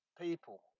people